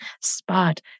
spot